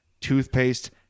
toothpaste